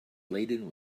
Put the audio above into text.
laden